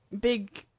big